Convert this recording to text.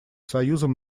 союзом